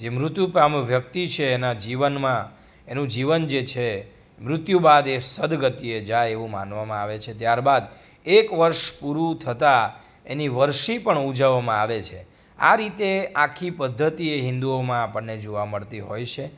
જે મૃત્યુ પામ્યો વ્યક્તિ છે એના જીવનમાં એનું જીવન જે છે મૃત્યુ બાદ એ સદગતિએ જાય એવું માનવામાં આવે છે ત્યારબાદ એક વર્ષ પૂરું થતાં એની વરસી પણ ઉજવવામાં આવે છે આ રીતે આખી પદ્ધતિ એ હિન્દુઓમાં આપણને જોવા મળતી હોય છે